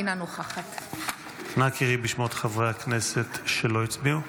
אינה נוכחת נא קראי בשמות חברי הכנסת שלא הצביעו.